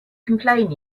complain